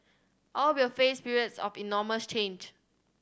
all will face periods of enormous change